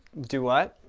do what?